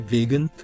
Vegan